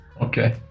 Okay